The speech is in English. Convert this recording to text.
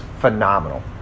phenomenal